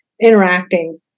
interacting